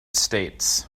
states